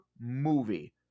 movie